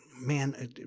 man